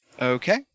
Okay